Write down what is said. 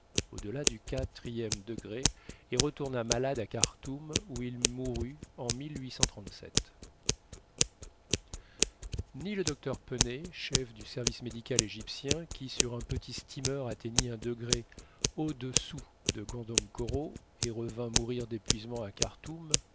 au-delà du e degré et retourna malade à karthoum où il mourut en ni le docteur peney chef du service médical égyptien qui sur un petit steamer atteignit un degré au-dessous de gondokoro et revint mourir d'épuisement à